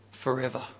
Forever